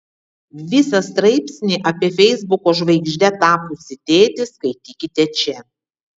visą straipsnį apie feisbuko žvaigžde tapusį tėtį skaitykite čia